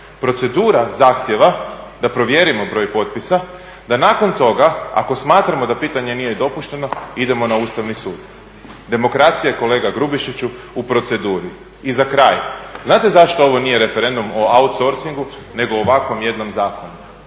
Procedura zahtjeva da provjerimo broj potpisa da nakon toga ako smatramo da pitanje nije dopušteno idemo na Ustavni sud. Demokracija je kolega Grubišiću u proceduri. I za kraj, znate zašto ovo nije referendum o outsourcingu nego o ovako jednom zakonu?